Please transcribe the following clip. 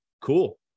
cool